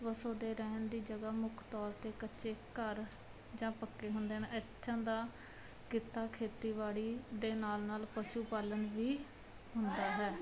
ਵਸੋਂ ਦੇ ਰਹਿਣ ਦੀ ਜਗ੍ਹਾ ਮੁੱਖ ਤੌਰ 'ਤੇ ਕੱਚੇ ਘਰ ਜਾਂ ਪੱਕੇ ਹੁੰਦੇ ਨੇ ਇੱਥੇ ਦਾ ਕਿੱਤਾ ਖੇਤੀਬਾੜੀ ਦੇ ਨਾਲ ਨਾਲ ਪਸ਼ੂ ਪਾਲਣ ਵੀ ਹੁੰਦਾ ਹੈ